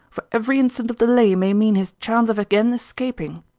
for every instant of delay may mean his chance of again escaping.